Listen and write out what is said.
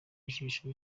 ijisho